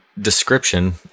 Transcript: description